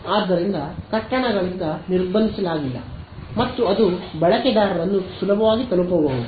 ಆದ್ದರಿಂದ ಕಟ್ಟಡಗಳಿಂದ ನಿರ್ಬಂಧಿಸಲಾಗಿಲ್ಲ ಮತ್ತು ಅದು ಬಳಕೆದಾರರನ್ನು ಸುಲಭವಾಗಿ ತಲುಪಬಹುದು